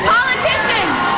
Politicians